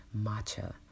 matcha